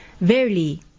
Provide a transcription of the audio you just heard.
Verily